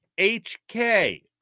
hk